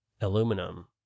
aluminum